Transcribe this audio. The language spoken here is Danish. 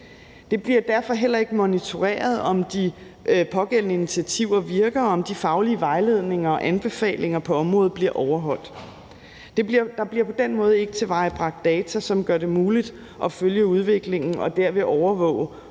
Det bliver derfor heller ikke monitoreret, om de pågældende initiativer virker, og om de faglige vejledninger og anbefalinger på området bliver overholdt. Der bliver på den måde ikke tilvejebragt data, som gør det muligt at følge udviklingen og derved overvåge,